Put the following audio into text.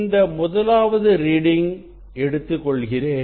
இந்த முதலாவது ரீடிங் எடுத்துக்கொள்கிறேன்